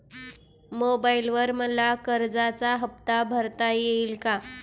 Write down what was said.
मोबाइलवर मला कर्जाचा हफ्ता भरता येईल का?